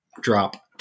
drop